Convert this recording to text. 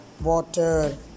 water